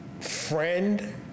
friend